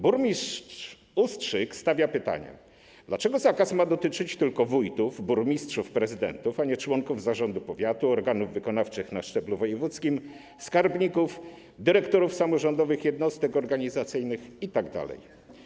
Burmistrz Ustrzyk stawia pytania, dlaczego zakaz ma dotyczyć tylko wójtów, burmistrzów, prezydentów, a nie członków zarządów powiatów, organów wykonawczych na szczeblu wojewódzkim, skarbników, dyrektorów samorządowych jednostek organizacyjnych itd.